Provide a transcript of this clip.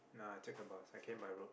ah I took a bus I came by road